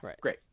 great